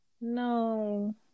No